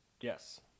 Yes